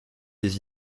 des